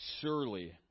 Surely